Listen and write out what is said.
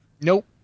Nope